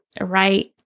right